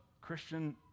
Christian